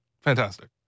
fantastic